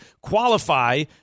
qualify